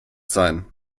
sein